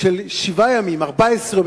של שבעה ימים או 14 יום,